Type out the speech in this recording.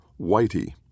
Whitey